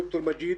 ד"ר מג'יד,